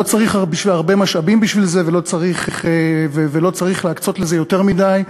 לא צריך הרבה משאבים בשביל זה ולא צריך להקצות לזה יותר מדי,